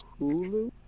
Hulu